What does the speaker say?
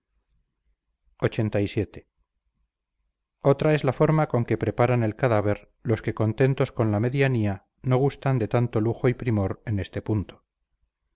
los muertos lxxxvii otra es la forma con que preparan el cadáver los que contentos con la medianía no gustan de tanto lujo y primor en este punto